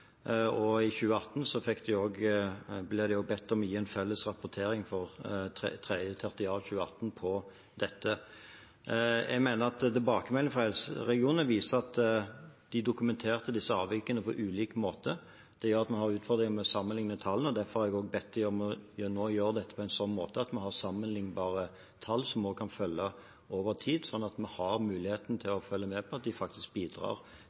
I 2018 ble de bedt om å gi en felles rapportering om 3. tertial 2018 om dette. Jeg mener at tilbakemeldingene fra helseregionene viser at de dokumenterte disse avvikene på ulik måte. Det gjør at vi har utfordringer med å sammenlikne tallene, og derfor har jeg bedt dem om å gjøre dette på en slik måte at vi har sammenliknbare tall som vi kan følge over tid, slik at vi har mulighet til å følge med på at de faktisk bidrar